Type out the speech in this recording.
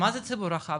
מה זה ציבור הרחב,